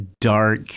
dark